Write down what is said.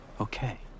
Okay